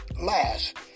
Last